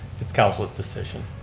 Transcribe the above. it's council's decision.